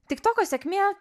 tiktoko sėkmė